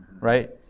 Right